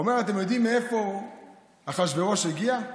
הוא אומר, אתם יודעים מאיפה אחשוורוש הגיע?